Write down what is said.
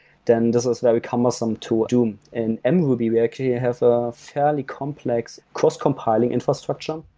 then this is very cumbersome to do. in and mruby, we actually ah have a fairly complex cross-compiling infrastructure,